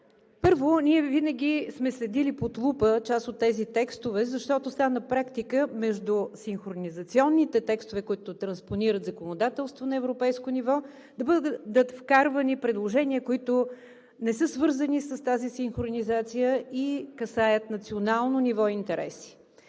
Първо, ние винаги сме следили под лупа част от тези текстове, защото стана практика между синхронизационните текстове, които транспонират законодателство на европейско ниво, да бъдат вкарвани предложения, които не са свързани с тази синхронизация и касаят национално ниво интереси.